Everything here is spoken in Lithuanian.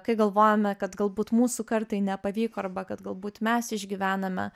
kai galvojame kad galbūt mūsų kartai nepavyko kad galbūt mes išgyvename